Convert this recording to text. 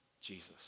Jesus